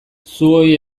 zuoi